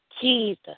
Jesus